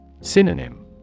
Synonym